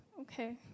okay